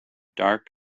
dark